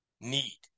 need